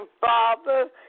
Father